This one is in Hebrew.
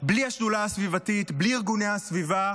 בלי השדולה הסביבתית, בלי ארגוני הסביבה.